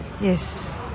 Yes